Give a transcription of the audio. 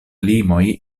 limoj